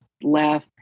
laugh